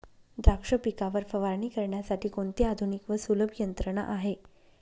द्राक्ष पिकावर फवारणी करण्यासाठी कोणती आधुनिक व सुलभ यंत्रणा आहे?